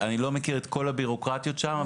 אני לא מכיר את כל הבירוקרטיות שם,